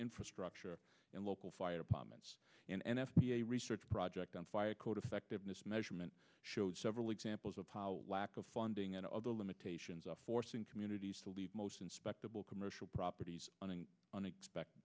infrastructure and local fire departments in n f p a research project on fire code effectiveness measurement showed several examples of how lack of funding and other limitations are forcing communities to leave most inspectable commercial properties on an unexpected